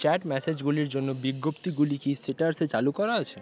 chat message গুলির জন্য বিজ্ঞপ্তিগুলি কি সিট্রাসে চালু করা আছে